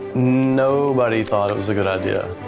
nobody thought it was a good idea,